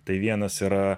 tai vienas yra